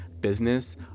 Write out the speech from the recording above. business